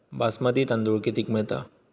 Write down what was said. बासमती तांदूळ कितीक मिळता?